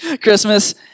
Christmas